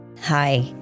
Hi